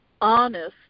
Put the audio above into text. honest